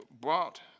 brought